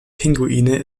pinguine